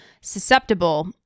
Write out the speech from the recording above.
susceptible